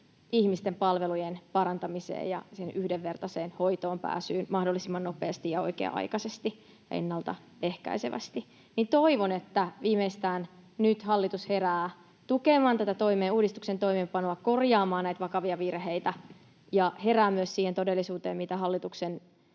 ihmisten palvelujen parantamiseen ja siihen yhdenvertaiseen hoitoonpääsyyn mahdollisimman nopeasti ja oikea-aikaisesti ja ennaltaehkäisevästi. Toivon, että viimeistään nyt hallitus herää tukemaan tätä uudistuksen toimeenpanoa ja korjaamaan näitä vakavia virheitä ja herää myös siihen todellisuuteen, miten hallituksen